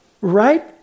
right